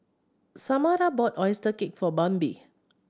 Samara bought oyster cake for Bambi